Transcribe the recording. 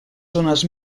zones